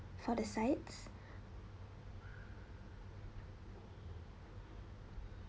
for the sides